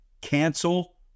Cancel